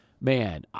Man